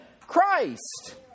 Christ